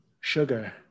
sugar